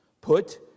put